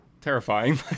terrifying